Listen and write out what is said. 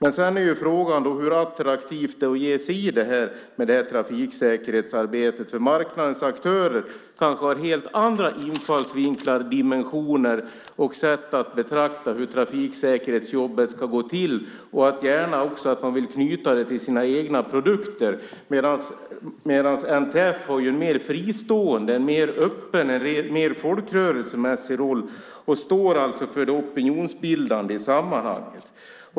Frågan är sedan hur attraktivt det är att ge sig in i trafiksäkerhetsarbetet eftersom marknadens aktörer kanske har helt andra infallsvinklar, dimensioner och sätt att betrakta hur trafiksäkerhetsjobbet ska gå till. De vill gärna knyta det till sina egna produkter. NTF har en mer fristående, öppen och folkrörelsemässig roll och står i sammanhanget för det opinionsbildande arbetet.